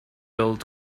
old